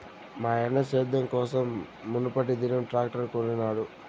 మాయన్న సేద్యం కోసం మునుపటిదినం ట్రాక్టర్ కొనినాడు